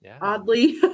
oddly